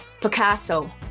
Picasso